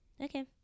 okay